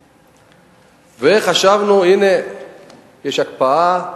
וחשבנו, הנה יש הקפאה,